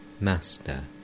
Master